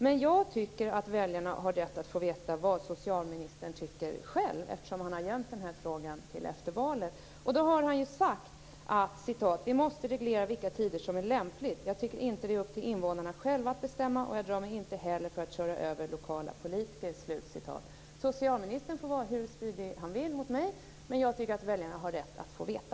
Men jag tycker att väljarna har rätt att få veta vad socialministern tycker själv, eftersom han har gömt den här frågan till efter valet. Han har sagt att vi måste reglera vilka tider som är lämpliga. Jag tycker inte att det är upp till invånarna själva att bestämma, och jag drar mig inte heller för att köra över lokala politiker. Socialministern får vara hur spydig han vill mot mig, men jag tycker att väljarna har rätt att få veta.